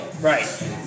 Right